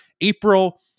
April